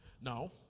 Now